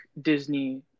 Disney